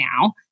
now